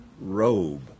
robe